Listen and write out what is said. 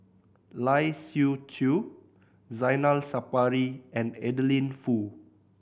Lai Siu Chiu Zainal Sapari and Adeline Foo